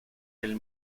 del